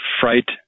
fright